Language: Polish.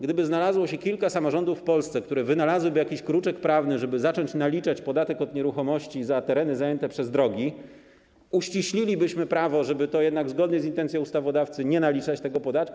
Gdyby znalazło się kilka samorządów w Polsce, które wynalazłyby jakiś kruczek prawny, żeby zacząć naliczać podatek od nieruchomości za tereny zajęte przez drogi, uściślilibyśmy prawo, żeby zgodnie z intencją ustawodawcy nie naliczać tego podatku.